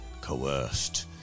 coerced